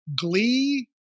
glee